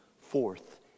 forth